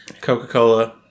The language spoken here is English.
Coca-Cola